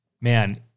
Man